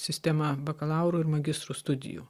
sistema bakalaurų ir magistrų studijų